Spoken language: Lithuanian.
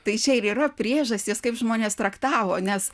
tai čia ir yra priežastys kaip žmonės traktavo nes